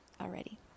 already